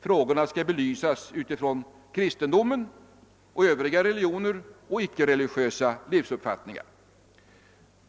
Frågorna skall belysas utifrån kristendomen och Övriga religioner och icke-religiösa livsuppfattningar.